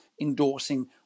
endorsing